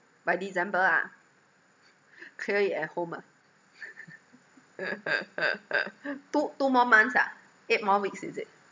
by december ah clear it at home ah two two more months ah eight more weeks is it